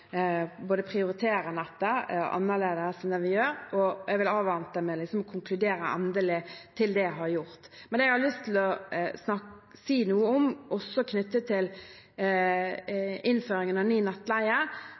prioritere nettet annerledes enn det vi gjør, og jeg vil avvente med å konkludere endelig til det er gjort. Men det jeg har lyst til å si noe om, også knyttet til